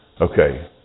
okay